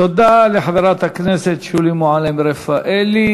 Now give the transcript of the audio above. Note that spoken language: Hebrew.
תודה לחברת הכנסת שולי מועלם-רפאלי.